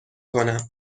کنم